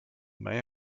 may